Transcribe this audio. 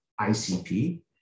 ICP